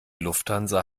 lufthansa